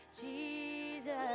Jesus